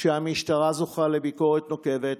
כשהמשטרה זוכה לביקורת נוקבת,